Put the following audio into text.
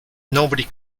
nobody